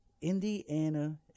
Indiana